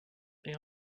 they